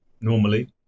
normally